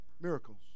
Miracles